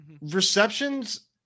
receptions